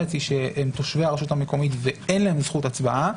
שהם תושבי הרשות המקומית ואין להם זכות הצבעה,